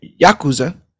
Yakuza